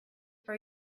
for